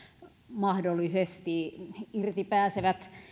mahdollisesti irti pääsevät